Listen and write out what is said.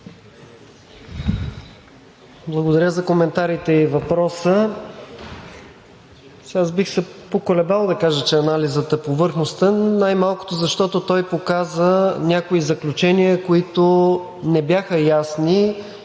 Благодаря за коментарите и въпроса. Аз бих се поколебал да кажа, че анализът е повърхностен, най-малкото защото показа някои заключения, които не бяха ясни,